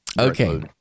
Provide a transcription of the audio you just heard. Okay